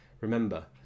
Remember